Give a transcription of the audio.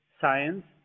science